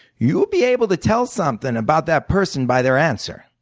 you'll be able to tell something about that person by their answer.